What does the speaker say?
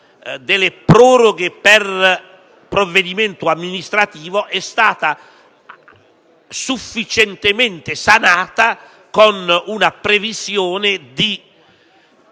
delle proroghe per provvedimento amministrativo è stata sufficientemente sanata, con una previsione di